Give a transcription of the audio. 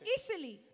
Easily